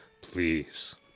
Please